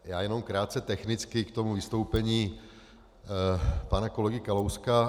Já jenom krátce technicky k vystoupení pana kolegy Kalouska.